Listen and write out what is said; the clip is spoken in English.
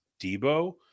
Debo